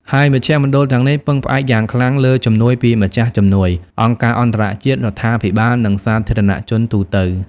ហើយមជ្ឈមណ្ឌលទាំងនេះពឹងផ្អែកយ៉ាងខ្លាំងលើជំនួយពីម្ចាស់ជំនួយ អង្គការអន្តរជាតិ រដ្ឋាភិបាល និងសាធារណជនទូទៅ។